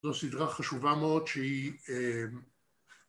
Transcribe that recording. זו סדרה חשובה מאוד שהיא...